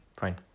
fine